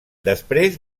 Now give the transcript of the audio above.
després